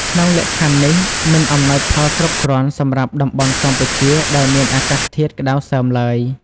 ក្នុងលក្ខខណ្ឌនេះ មិនអំណោយផលគ្រប់គ្រាន់សម្រាប់តំបន់កម្ពុជាដែលមានអាកាសធាតុក្តៅសើមឡើយ។